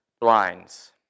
blinds